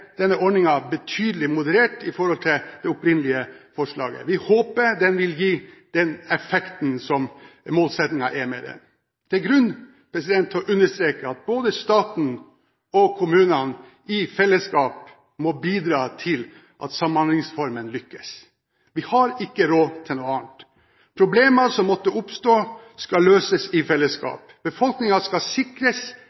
denne ordningen betydelig moderert i forhold til det opprinnelige forslaget. Vi håper den vil gi den effekten som er målsettingen. Det er grunn til å understreke at både staten og kommunene i fellesskap må bidra til at Samhandlingsreformen lykkes. Vi har ikke råd til noe annet. Problemer som måtte oppstå, skal løses i